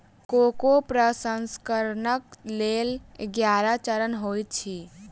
cocoa प्रसंस्करणक लेल ग्यारह चरण होइत अछि